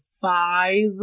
five